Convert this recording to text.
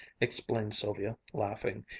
explained sylvia, laughing.